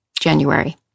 january